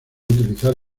utilizar